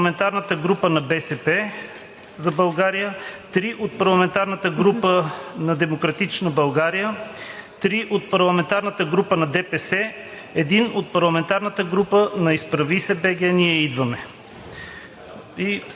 4 от парламентарната група на „БСП за България“, 3 от парламентарната група на „Демократична България“, 3 от парламентарната група на „Движение за права и свободи“, 1 от парламентарната група на „Изправи се, БГ! Ние идваме!“.